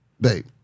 Babe